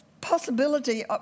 Possibility